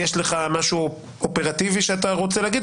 יש לך משהו אופרטיבי שאתה רוצה להגיד,